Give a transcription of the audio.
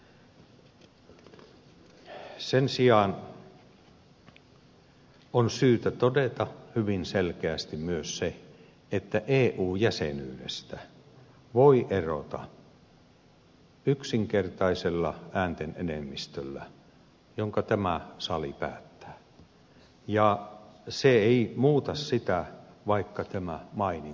sen sijaan on syytä todeta hyvin selkeästi myös se että eu jäsenyydestä voi erota yksinkertaisella ääntenenemmistöllä jonka tämä sali päättää ja se ei muuta sitä vaikka tämä maininta onkin